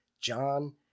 John